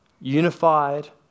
unified